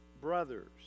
brothers